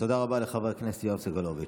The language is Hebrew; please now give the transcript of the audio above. תודה רבה לחבר הכנסת יואב סגלוביץ'.